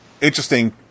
interesting